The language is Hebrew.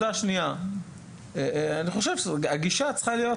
אני חושב שהגישה צריכה להיות,